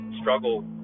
struggle